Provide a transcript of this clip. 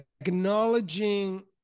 acknowledging